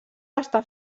està